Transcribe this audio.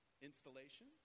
installation